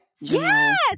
Yes